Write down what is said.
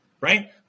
right